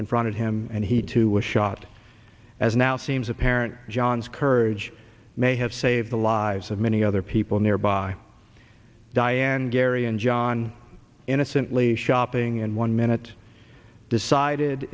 confronted him and he too was shot as now seems apparent john's courage may have saved the lives of many other people nearby diane gary and john innocently shopping and one minute decided